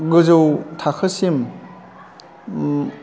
गोजौ थाखोसिम